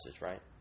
right